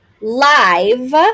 live